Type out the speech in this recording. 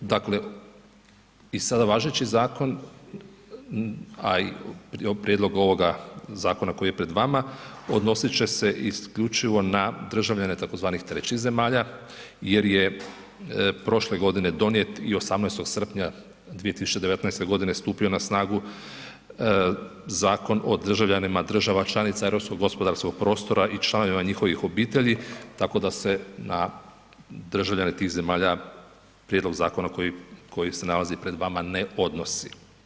Dakle, i sada važeći zakon, a i prijedlog ovoga zakona koji je pred vama odnosit će se isključivo na državljane tzv. trećih zemalja jer je prošle godine donijet i 18. srpnja 2019. godine stupio na snagu Zakon o državljanima država članica europskog gospodarskog prostora i članovima njihovih obitelji tako da se na državljane tih zemalja prijedlog zakona koji se nalazi pred vama ne odnosi.